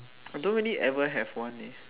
I don't really ever have one eh